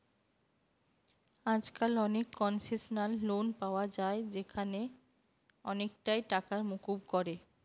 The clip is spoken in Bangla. আজকাল অনেক কোনসেশনাল লোন পায়া যায় যেখানে অনেকটা টাকাই মুকুব করে